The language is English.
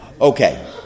okay